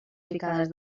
picades